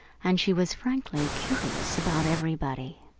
and she was frankly curious about everybody.